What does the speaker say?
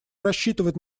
рассчитывать